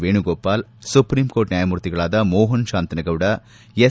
Venugopal supreme court ನ್ಯಾಯಮೂರ್ತಿಗಳಾದ Mohan Shantanagouda S